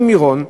במירון,